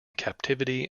captivity